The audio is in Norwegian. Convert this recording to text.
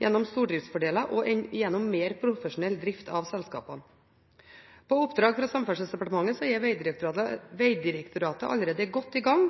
gjennom stordriftsfordeler og mer profesjonell drift av selskapene. På oppdrag fra Samferdselsdepartementet er Vegdirektoratet allerede godt i gang